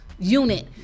Unit